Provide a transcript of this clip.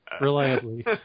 Reliably